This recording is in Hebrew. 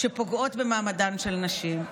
שפוגעות במעמדן של נשים,